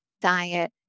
diet